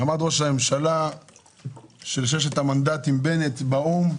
אמר ראש הממשלה של ששת המנדטים, בנט, באו"ם,